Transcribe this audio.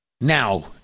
Now